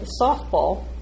softball